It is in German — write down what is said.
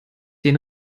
den